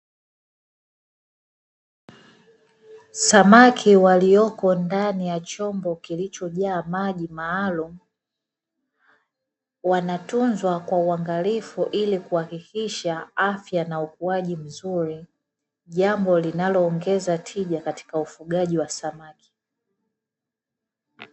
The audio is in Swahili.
Samaki walioko ndani ya chombo kilichojaa maji maalumu, wanatunzwa kwa uangalifu ili kuhakikisha afya na ukuaji mzuri, jambo linaloongeza tija katika ufugaji wa samaki.